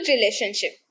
relationship